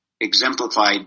exemplified